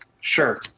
Sure